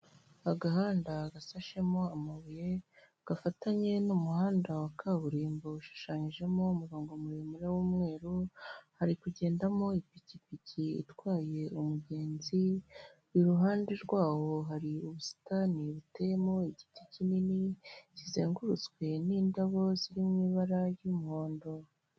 Agahanda gasashemo amabuye gafatanye n'umuhanda wa kaburimbo wishushanyijemo umurongo muremure w'umweru hari kugendamo ipikipiki itwaye umugenzi, iruhande rwawo hari ubusitani buteyemo igiti kinini kizengurutswe n'indabo ziri mu ibara ry'umuhondo.